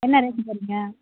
என்ன ரேட்டு தருவீங்க